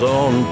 on